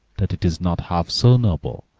that it is not half so noble,